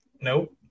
Nope